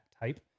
type